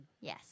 Yes